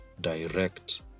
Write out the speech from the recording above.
direct